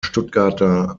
stuttgarter